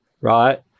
right